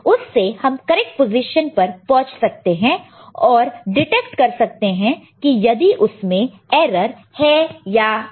उससे हम correct position पर पहुंच सकते हैं और डिटेक्ट कर सकते हैं कि यदि उसमें एरर है या नहीं